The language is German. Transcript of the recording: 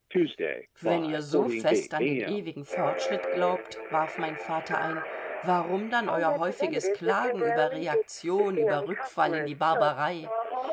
wenn ihr so fest an den ewigen fortschritt glaubt warf mein vater ein warum dann euer häufiges klagen über reaktion über rückfall in die barbarei